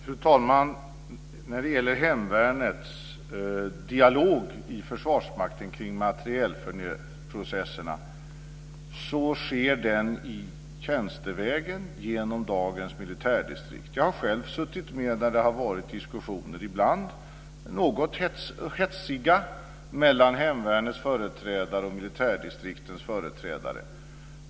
Fru talman! När det gäller hemvärnets dialog i Försvarsmakten kring materielprocesserna kan jag säga att den sker tjänstevägen genom dagens militärdistrikt. Jag har själv suttit med när det har varit diskussioner - ibland något hetsiga - mellan hemvärnets företrädare och militärdistriktens företrädare.